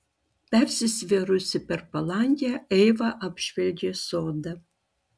persisvėrusi per palangę eiva apžvelgė sodą